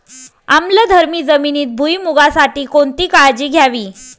आम्लधर्मी जमिनीत भुईमूगासाठी कोणती काळजी घ्यावी?